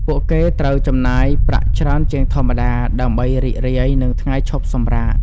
ពួកគេត្រូវចំណាយប្រាក់ច្រើនជាងធម្មតា ដើម្បីរីករាយនឹងថ្ងៃឈប់សម្រាក។